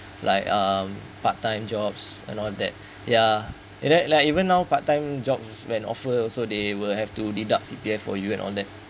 like um part time jobs and all that ya you know like even now part time jobs when offer also they will have to deduct C_P_F for you and all that